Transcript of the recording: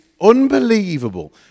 unbelievable